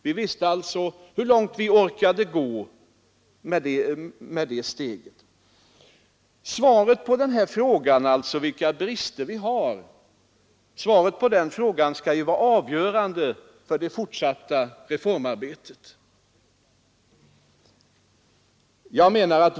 Vi visste alltså hur långt vi orkade gå i den etappen. Svaret på frågan, vilka brister som finns kvar i systemet, blir avgörande för det fortsatta reformarbetet.